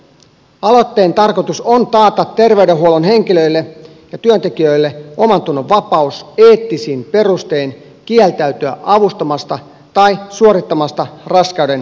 aloitteen tarkoitus on taata terveydenhuollon henkilöille ja työntekijöille omantunnonvapaus eettisin perustein kieltäytyä avustamasta tai suorittamasta raskauden keskeyttämistä